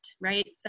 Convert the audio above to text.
right